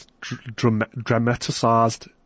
dramatized